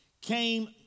came